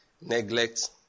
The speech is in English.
neglect